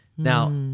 Now